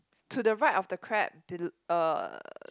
to the right of the crab uh